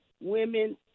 women